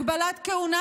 הגבלת כהונה,